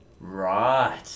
Right